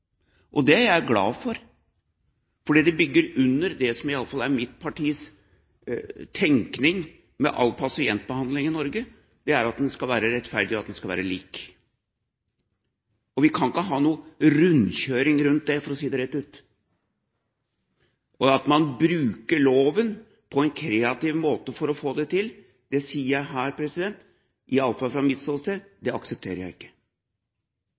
Det er jeg glad for, fordi det bygger opp under det som i hvert fall er mitt partis tenkning ved all pasientbehandling i Norge: Den skal være rettferdig, og den skal være lik. Vi kan ikke ha noen rundkjøring rundt det, for å si det rett ut. At man bruker loven på en kreativ måte for å få det til, sier jeg her – i alle fall fra mitt ståsted – at jeg ikke